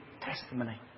testimony